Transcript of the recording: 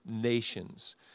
nations